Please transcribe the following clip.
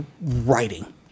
writing